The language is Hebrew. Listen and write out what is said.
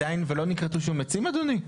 ולא נכרתו שום עצים אדוני?